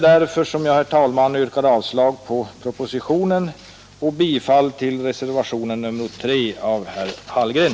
Därför yrkar jag, herr talman, avslag på propositionen och bifall till reservationen 3 av herr Hallgren.